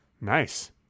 Nice